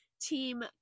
Team